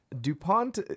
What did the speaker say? DuPont